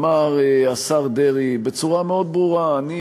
אמר השר דרעי בצורה מאוד ברורה: אני